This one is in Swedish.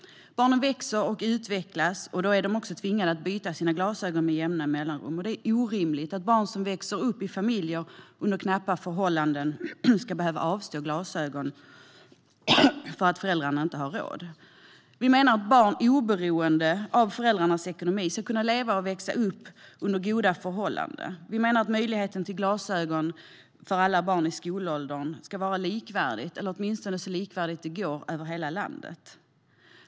Barnen växer och utvecklas, och då är de också tvungna att byta sina glasögon med jämna mellanrum. Det är orimligt att barn som växer upp i familjer med knappa förhållanden ska behöva avstå glasögon för att föräldrarna inte har råd. Vi menar att barn, oberoende av föräldrarnas ekonomi, ska kunna leva och växa upp under goda förhållanden. Vi menar att möjligheten till glasögon för alla barn i skolåldern ska vara likvärdig, eller åtminstone så likvärdig det går, över hela landet.